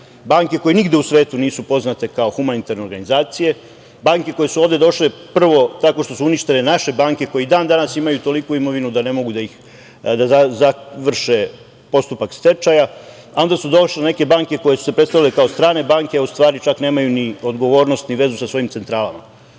banke koje nigde u svetu nisu poznate kao humanitarne organizacije, banke koje su ovde došle prvo tako što su uništile naše banke koje i dan danas imaju toliku imovinu da ne mogu da završe postupak stečaja, a onda su došle neke banke koje su se predstavile kao strane banke, a u stvari čak nemaju ni odgovornost, ni vezu sa svojim centralama. Znači,